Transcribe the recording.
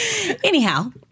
Anyhow